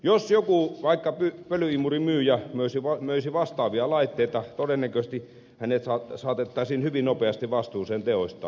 jos joku vaikka pölynimurinmyyjä möisi vastaavia laitteita todennäköisesti hänet saatettaisiin hyvin nopeasti vastuuseen teoistaan